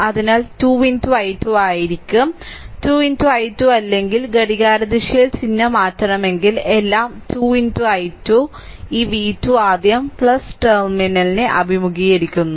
അതിനാൽ 2 i2 ആയിരിക്കും 2 i2 അല്ലെങ്കിൽ ഘടികാരദിശയിൽ ചിഹ്നം മാറ്റണമെങ്കിൽ എല്ലാ 2 i2 ഈ v v2 ആദ്യം ടെർമിനലിനെ അഭിമുഖീകരിക്കുന്നു